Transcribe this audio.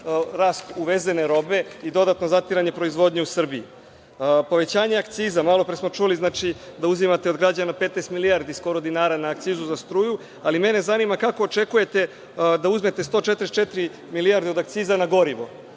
rast uvezene robe i dodatno zatiranje proizvodnje u Srbiji. Povećanje akciza, malopre smo čuli da uzimate od građana 15 milijardi skoro dinara na akcizu za struju, ali mene zanima – kako očekujete da uzmete 144 milijarde od akciza na gorivo?